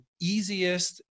easiest